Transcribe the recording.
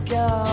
go